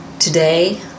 Today